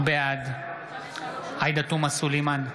בעד עאידה תומא סלימאן,